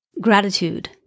gratitude